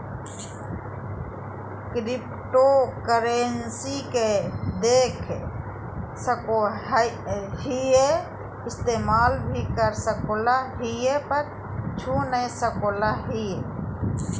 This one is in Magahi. क्रिप्टोकरेंसी के देख सको हीयै इस्तेमाल भी कर सको हीयै पर छू नय सको हीयै